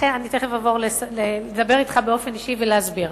אני תיכף אבוא לדבר אתך ואני אסביר.